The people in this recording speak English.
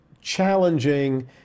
challenging